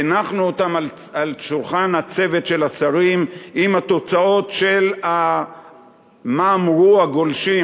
הנחנו אותן על שולחן הצוות של השרים עם התוצאות של מה אמרו הגולשים.